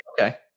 Okay